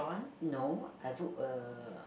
no I book a